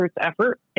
effort